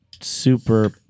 super